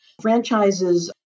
Franchises